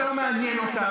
זה לא מעניין אותך.